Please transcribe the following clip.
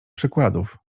przykładów